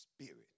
spirit